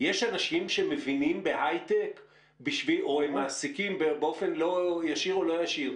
יש אנשים שמבינים בהיי-טק או מעסיקים באופן ישיר או לא ישיר